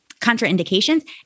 contraindications